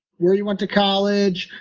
where you went to college,